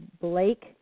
Blake